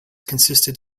consisted